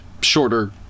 shorter